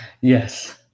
Yes